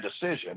decision